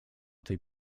tej